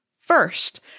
First